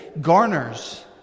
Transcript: garners